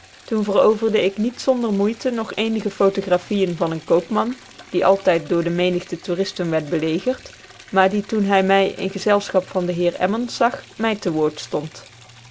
toen veroverde ik niet zonder moeite nog eenige photographieën van een koopman die altijd door de menigte toeristen werd belegerd maar die toen hij mij in gezelschap van den heer emmons zag mij te woord stond